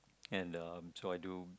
and um so I do